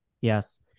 Yes